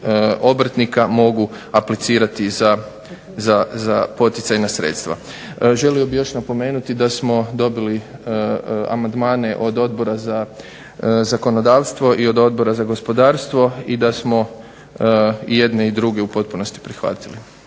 obrtnika mogu aplicirati za poticajna sredstva. Želio bih još napomenuti da smo dobili amandmane od Odbora za zakonodavstvo i od Odbora za gospodarstvo i da smo i jedne i druge u potpunosti prihvatili.